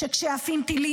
שכשעפים טילים,